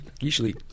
usually